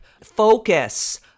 focus